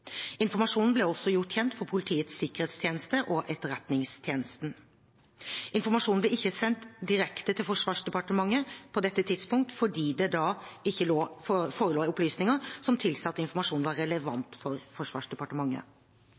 Informasjonen ble også gjort kjent for Politiets sikkerhetstjeneste og Etterretningstjenesten. Informasjonen ble ikke sendt direkte til Forsvarsdepartementet på dette tidspunktet fordi det ikke da forelå opplysninger som tilsa at informasjonen var relevant for Forsvarsdepartementet.